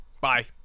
Bye